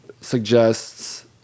suggests